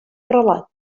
relat